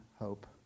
hope